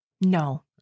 No